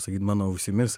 sakyt mano ausimis